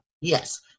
Yes